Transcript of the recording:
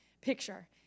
picture